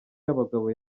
y’abagabo